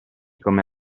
come